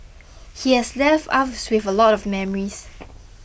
he has left us with a lot of memories